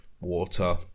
water